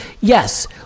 yes